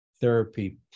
therapy